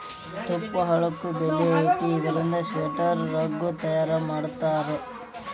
ತುಪ್ಪಳಕ್ಕು ಬೆಲಿ ಐತಿ ಇದರಿಂದ ಸ್ವೆಟರ್, ರಗ್ಗ ತಯಾರ ಮಾಡತಾರ